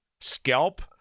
Scalp